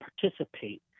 participate